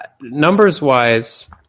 numbers-wise